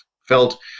felt